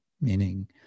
meaning